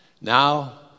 Now